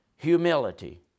Humility